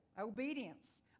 Obedience